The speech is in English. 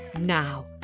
Now